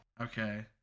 Okay